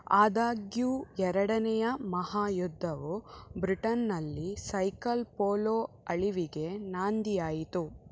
ಆದಾಗ್ಯೂ ಎರಡನೆಯ ಮಹಾಯುದ್ಧವು ಬ್ರಿಟನ್ನಲ್ಲಿ ಸೈಕಲ್ ಪೋಲೋ ಅಳಿವಿಗೆ ನಾಂದಿಯಾಯಿತು